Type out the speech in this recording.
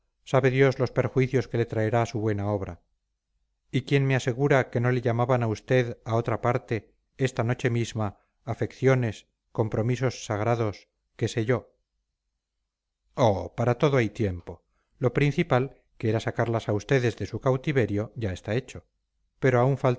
sabe dios los perjuicios que le traerá su buena obra y quién me asegura que no le llamaban a usted a otra parte esta noche misma afecciones compromisos sagrados qué sé yo oh para todo hay tiempo lo principal que era sacarlas a ustedes de su cautiverio ya está hecho pero aún